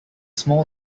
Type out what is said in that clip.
small